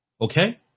Okay